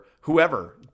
whoever